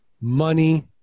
money